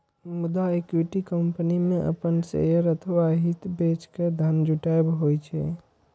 मुदा equity company मे अपन शेयर अथवा हित बेच के धन जुटायब होइ छै